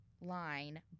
line